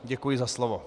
Děkuji za slovo.